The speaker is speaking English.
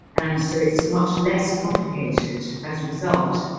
and so it's much less complicated. as a result,